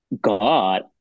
God